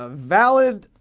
ah valid.